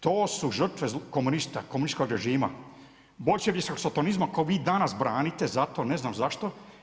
To su žrtve komunista, komunističkog režima, boljševičkog sotonizma kojeg vi danas branite zato, ne znam zašto.